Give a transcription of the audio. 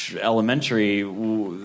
elementary